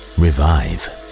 Revive